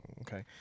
Okay